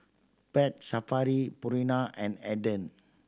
Pet Safari Purina and Aden